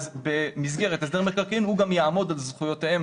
במסגרת הסדר מקרקעין הוא גם יעמוד על זכויותיהם